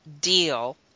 deal